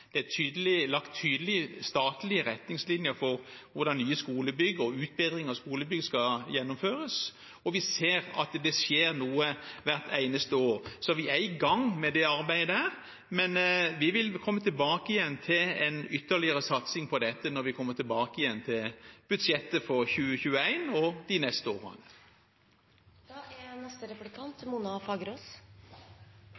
det er lagt tydelige statlige retningslinjer for hvordan nye skolebygg og utbedring av skolebygg skal gjennomføres. Vi ser at det skjer noe hvert eneste år. Så vi er i gang med det arbeidet, men vi vil komme tilbake til en ytterligere satsing på dette i budsjettet for 2021, og de neste